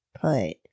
put